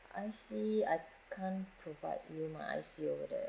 I_C I can't provide you my I_C over there